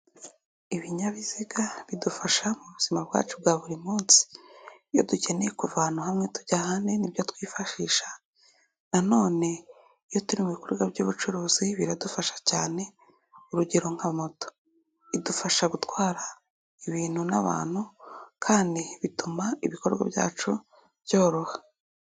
Ibinyabiziga bidufasha mu buzima bwacu bwa buri munsi, iyo dukeneye kuva ahamtu hamwe tujya ahandi ni byo twifashisha nanone iyo turi mu bikorwa by'ubucuruzi biradufasha cyane urugero nka moto idufasha gutwara ibintu n'abantu kandi bituma ibikorwa byacu byoroha.2